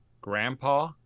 Grandpa